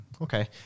Okay